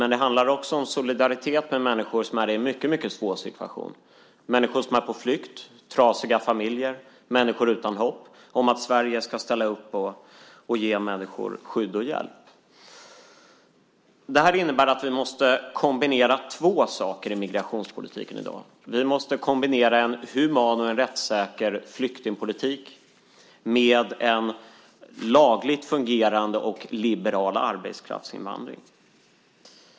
Men det handlar också om solidaritet med människor som är i en mycket svår situation, människor som är på flykt, trasiga familjer, människor utan hopp om att Sverige ska ställa upp och ge skydd och hjälp. Det här innebär att vi måste kombinera två saker i migrationspolitiken i dag. Vi måste kombinera en human och en rättssäker flyktingpolitik med en lagligt fungerande och liberal arbetskraftsinvandring.